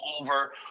over